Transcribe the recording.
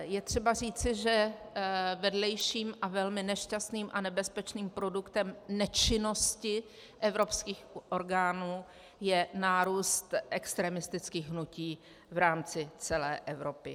Je třeba říci, že vedlejším a velmi nešťastným a nebezpečným produktem nečinnosti evropských orgánů je nárůst extremistických hnutí v rámci celé Evropy.